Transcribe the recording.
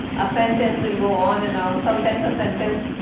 a sentence will go on and on, sometimes a sentence